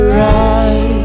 right